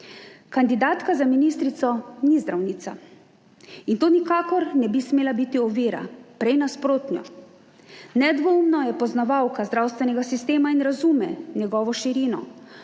Kandidatka za ministrico ni zdravnica in to nikakor ne bi smela biti ovira, prej nasprotno. Nedvoumno je poznavalka zdravstvenega sistema in razume njegovo širino,